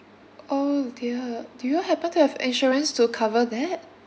oh dear do you happen to have insurance to cover that